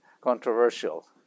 controversial